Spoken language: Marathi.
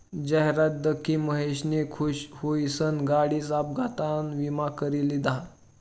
जाहिरात दखी महेशनी खुश हुईसन गाडीना अपघातना ईमा करी लिधा